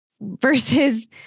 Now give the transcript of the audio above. versus